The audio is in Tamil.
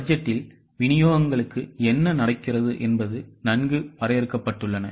பட்ஜெட்டில் விநியோகங்களுக்கு என்ன நடக்கிறது என்பது நன்கு வரையறுக்கப்பட்டுள்ளன